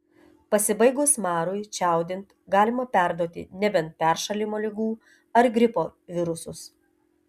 pasibaigus marui čiaudint galima perduoti nebent peršalimo ligų ar gripo virusus